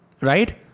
Right